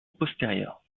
postérieure